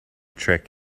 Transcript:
trick